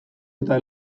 eta